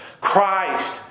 Christ